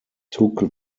took